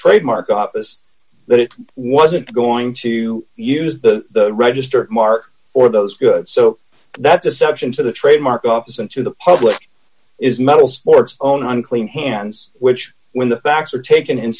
trademark office that it wasn't going to use the register mark or those goods so that deception to the trademark office and to the public is metal sports own unclean hands which when the facts are taken in